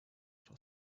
for